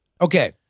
Okay